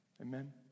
Amen